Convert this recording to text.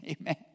Amen